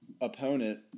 opponent